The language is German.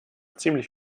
ziemlich